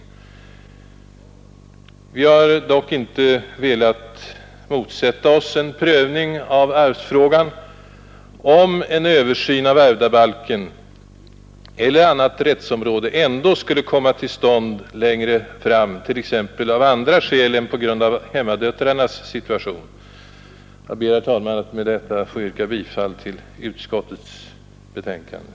Vi som står bakom det särskilda yttrandet har dock inte velat motsätta oss en prövning av arvsfrågan, om en översyn av ärvdabalken eller annat rättsområde ändå skulle komma till stånd längre fram, t.ex. av andra skäl än hemmadöttrarnas situation. Jag ber, herr talman, att med det anförda få yrka bifall till utskottets förslag.